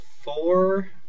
four